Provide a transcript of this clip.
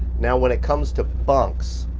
now when it comes to bunks,